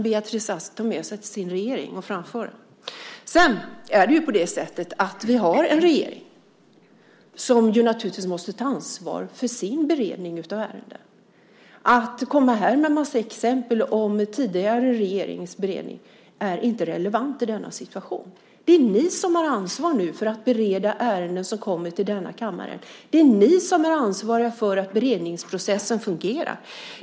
Beatrice Ask kan ta med sig det till sin regering. Vi har en regering som naturligtvis måste ta ansvar för sin beredning av ärendena. Att komma med en rad exempel om tidigare regeringars beredning är inte relevant i denna situation. Nu är det ni som har ansvar för att bereda ärenden som kommer till denna kammare. Det är ni som är ansvariga för att beredningsprocessen fungerar.